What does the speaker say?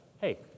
Hey